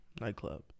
Nightclub